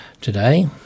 today